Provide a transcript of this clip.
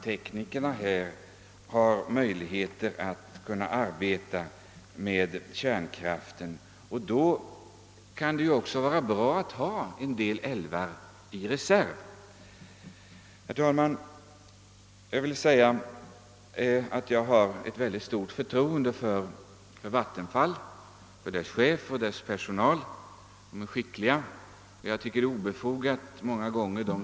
Teknikerna har möjlighet att arbeta med kärnkraften. Då kan det vara bra att ha en del älvar i reserv. Herr talman! Jag vill framhålla att jag hyser ett väldigt stort förtroende för vattenfallsverket, för dess chef och för dess personal. Jag tycker att de är skickliga.